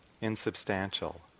insubstantial